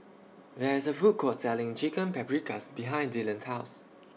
There IS A Food Court Selling Chicken Paprikas behind Dylon's House